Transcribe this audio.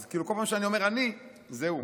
אז כל פעם שאני אומר "אני" זה הוא.